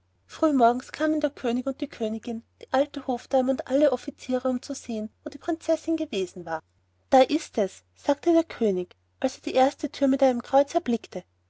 früh morgens kamen der könig und die königin die alte hofdame und alle offiziere um zu sehen wo die prinzessin gewesen war da ist es sagte der könig als er die erste thür mit einem kreuze erblickte